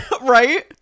right